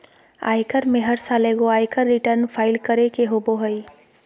आयकर में हर साल एगो आयकर रिटर्न फाइल करे के होबो हइ